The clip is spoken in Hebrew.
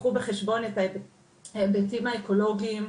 ייקחו בחשבון את ההיבטים האקולוגיים,